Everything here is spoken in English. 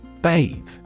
Bathe